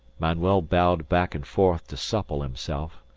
manuel bowed back and forth to supple himself,